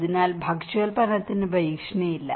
അതിനാൽ ഭക്ഷ്യോൽപ്പാദനത്തിന് ഭീഷണിയില്ല